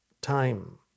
time